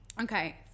Okay